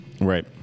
Right